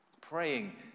Praying